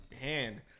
hand